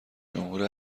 جمهور